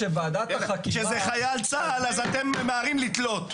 כשזה חייל צה"ל, אתם ממהרים לתלות.